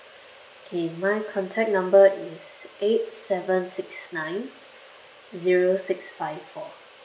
okay my contact number is eight seven six nine zero six five four